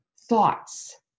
thoughts